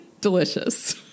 delicious